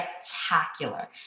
spectacular